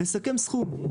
לסכם סכום.